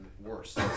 Worse